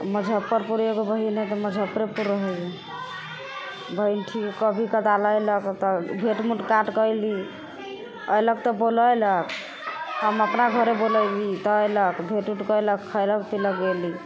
मुजफ्फरपुर एगो बहिन हइ तऽ मुजफ्फरपुर रहै अइ बहिन ठीक हइ कभी कदाल अएलक तऽ भेँट मुलाकात कएली अएलक तऽ बोलैलक हम अपना घरे बोलैली तऽ अएलक भेँट उट कैलक खैलक पिलक गएली